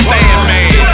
Sandman